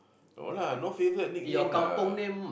no lah no favourite nickname lah